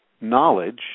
knowledge